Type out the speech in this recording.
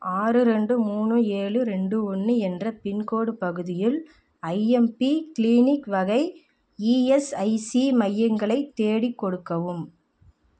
ஆறு ரெண்டு மூணு ஏழு ரெண்டு ஒன்று என்ற பின்கோடு பகுதியில் ஐஎம்பி க்ளினிக் வகை இஎஸ்ஐசி மையங்களைத் தேடிக் கொடுக்கவும்